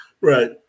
Right